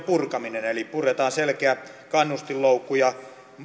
purkaminen eli puretaan selkeä kannustinloukku ja